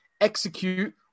execute